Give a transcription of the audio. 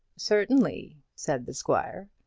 certainly, said the squire.